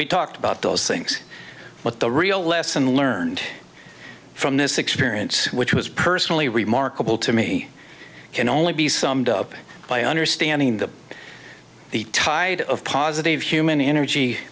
we talked about those things but the real lesson learned from this experience which was personally remarkable to me can only be summed up by understanding the the tide of positive human energy